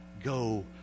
Go